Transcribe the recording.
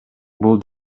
бул